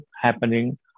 happening